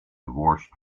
divorced